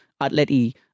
Atleti